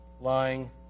lying